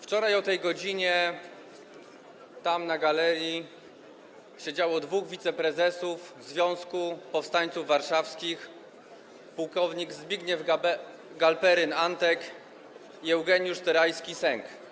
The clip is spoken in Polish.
Wczoraj o tej godzinie, tam, na galerii, siedziało dwóch wiceprezesów Związku Powstańców Warszawskich - płk Zbigniew Galperyn „Antek” i Eugeniusz Tyrajski „Sęk”